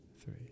three